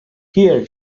here